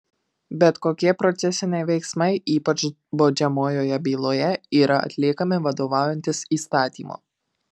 bet kokie procesiniai veiksmai ypač baudžiamojoje byloje yra atliekami vadovaujantis įstatymu